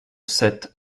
sept